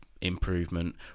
improvement